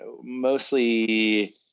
mostly